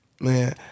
Man